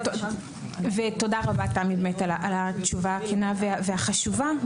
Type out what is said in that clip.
תמי, תודה רבה על התשובה הכנה והחשובה.